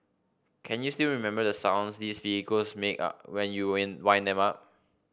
can you still remember the sounds these vehicles make when you win wind them up